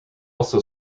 also